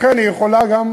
לכן היא יכולה גם